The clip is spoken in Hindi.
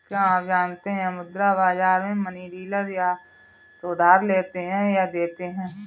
क्या आप जानते है मुद्रा बाज़ार में मनी डीलर या तो उधार लेते या देते है?